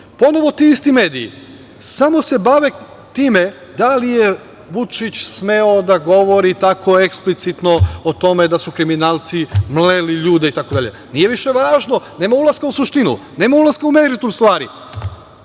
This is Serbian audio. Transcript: Ponovo ti isti mediji, samo se bave time da li je Vučić smeo da govori tako eksplicitno o tome da su kriminalci mleli ljude, itd. Nije više važno, nema ulaska u suštinu, nema ulaska u meritum stvari. Na